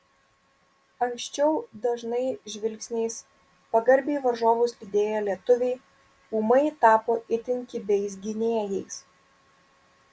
anksčiau dažnai žvilgsniais pagarbiai varžovus lydėję lietuviai ūmai tapo itin kibiais gynėjais